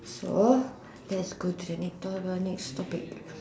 so let's go to the next to~ next topic